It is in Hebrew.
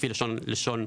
לפי לשון החוק.